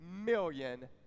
million